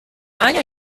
año